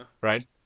right